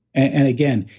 and again,